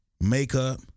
makeup